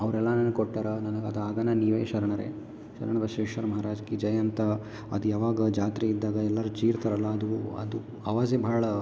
ಅವ್ರೆಲ್ಲಾ ನನ್ಗೆ ಕೊಟ್ಟಾರ ನನಗೆ ಅದು ಆಗಣ ನೀವೇ ಶರಣರೇ ಶರಣು ಬಸವೇಶ್ವರ ಮಹಾರಾಜ ಕಿ ಜೈ ಅಂತ ಅದು ಯಾವಾಗ ಜಾತ್ರೆ ಇದ್ದಾಗ ಎಲ್ಲಾರು ಚೀರ್ತಾರಲ್ಲ ಅದು ಅದು ಅವಾಜೆ ಭಾಳ